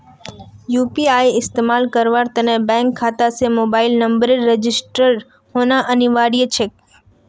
UPI इस्तमाल करवार त न बैंक खाता स मोबाइल नंबरेर रजिस्टर्ड होना अनिवार्य छेक